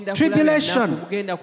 tribulation